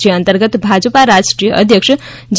જે અંતર્ગત ભાજપા રાષ્ટ્રીય અધ્યક્ષ શ્રીજે